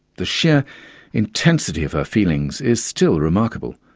the sheer intensity of her feelings is still remarkable.